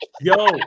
Yo